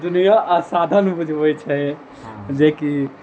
दुनिऑं आ साधन बुझबै छै जेकि